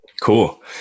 Cool